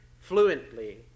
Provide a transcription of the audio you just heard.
fluently